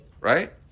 Right